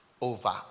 over